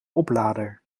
oplader